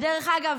ודרך אגב,